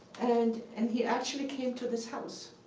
and and he actually came to this house,